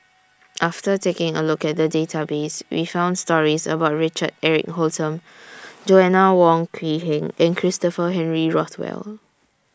after taking A Look At The Database We found stories about Richard Eric Holttum Joanna Wong Quee Heng and Christopher Henry Rothwell